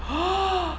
ha